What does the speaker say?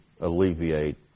alleviate